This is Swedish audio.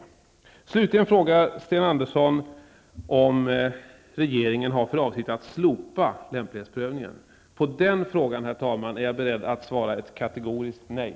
Slutligen frågar Sten Andersson om regeringen har för avsikt att slopa lämplighetsprövningen. På den frågan är jag beredd att svara ett kategoriskt nej.